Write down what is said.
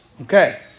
Okay